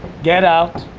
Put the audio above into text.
get out.